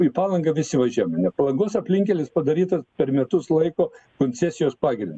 į palangą visi važiuojam ar ne palangos aplinkkelis padarytas per metus laiko koncesijos pagrindu